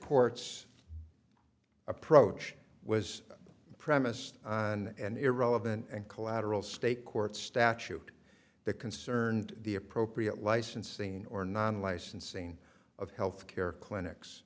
court's approach was premised on an irrelevant and collateral state court statute that concerned the appropriate licensing or non licensing of health care clinics